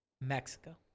Mexico